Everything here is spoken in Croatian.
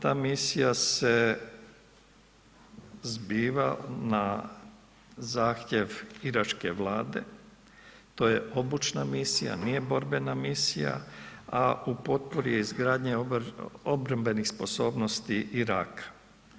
To, ta misija se zbiva na zahtjev iračke Vlade, to je obučna misija, nije borbena misija a u potpori je izgradnje obrambenih sposobnosti Iraka.